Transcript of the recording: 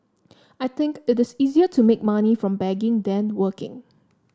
I think it is easier to make money from begging than working